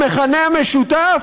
המכנה המשותף,